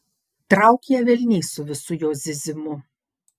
trauk ją velniai su visu jos zyzimu